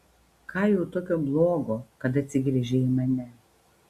ką jau tokio blogo kad atsigręžei į mane